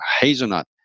hazelnut